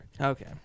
Okay